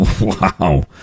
Wow